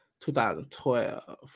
2012